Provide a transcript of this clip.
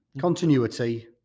continuity